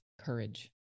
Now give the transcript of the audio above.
courage